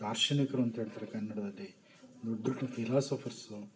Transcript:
ದಾರ್ಶನಿಕರು ಅಂತೇಳ್ತಾರೆ ಕನ್ನಡದಲ್ಲಿ ದೊಡ್ಡ ದೊಡ್ಡ ಫಿಲೋಸಫರ್ಸು